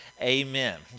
Amen